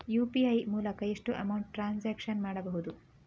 UPI ಮೂಲಕ ಎಷ್ಟು amount transaction ಮಾಡಬಹುದು?